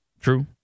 true